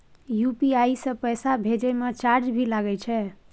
UPI से पैसा भेजै म चार्ज भी लागे छै?